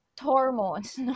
hormones